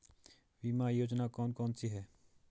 बीमा योजना कौन कौनसी हैं?